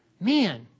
man